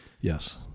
yes